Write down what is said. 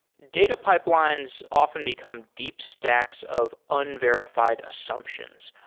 data pipelines often become deep stacks of unverifi ed assumptions.